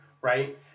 right